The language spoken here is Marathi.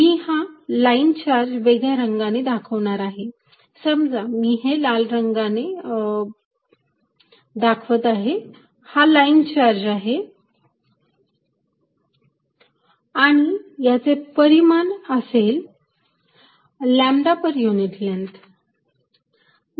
मी हा लाईन चार्ज वेगळ्या रंगानी दाखवणार आहे समजा मी हे लाल रंगाने दाखवत आहे हा लाईन चार्ज आहे आणि याचे परिमाण असेल लॅम्बडा पर युनिट लेन्ग्थ